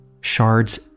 shards